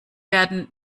werden